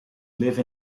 live